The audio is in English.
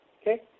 okay